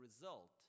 result